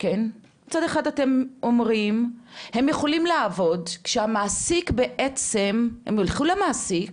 מצד אחד אתם אומרים שהם יכולים לעבוד כשהם יילכו למעסיק